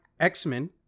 x-men